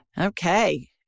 Okay